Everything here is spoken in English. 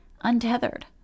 untethered